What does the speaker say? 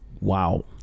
Wow